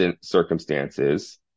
circumstances